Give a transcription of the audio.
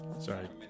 Sorry